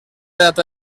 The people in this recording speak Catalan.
data